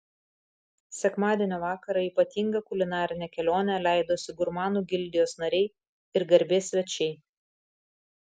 sekmadienio vakarą į ypatingą kulinarinę kelionę leidosi gurmanų gildijos nariai ir garbės svečiai